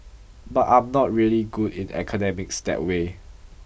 but I'm not really good in academics that way